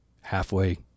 halfway